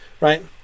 right